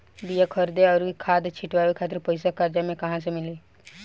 बीया खरीदे आउर खाद छिटवावे खातिर पईसा कर्जा मे कहाँसे मिली?